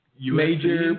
major